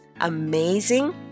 amazing